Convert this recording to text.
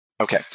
Okay